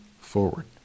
forward